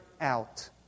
out